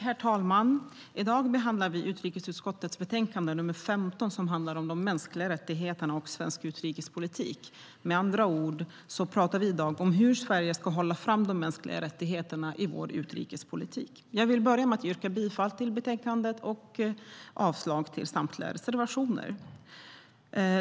Herr talman! I dag behandlar vi utrikesutskottets betänkande nr 15, som handlar om de mänskliga rättigheterna och svensk utrikespolitik. Med andra ord talar vi i dag om hur Sverige ska hålla fram de mänskliga rättigheterna i vår utrikespolitik. Jag börjar med att yrka bifall till förslaget i betänkandet och avslag på samtliga reservationer.